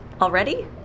Already